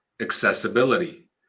accessibility